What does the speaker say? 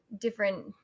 different